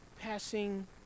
passing